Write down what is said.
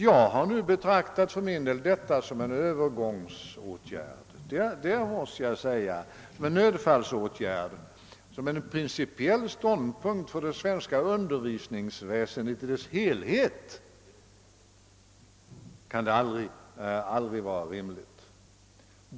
Jag har för min del betraktat detta som en övergångsåtgärd, en nödfallsåtgärd. Som en pricipiell ståndpunkt för det svenska undervisningsväsendet i dess helhet kan det aldrig vara rimligt.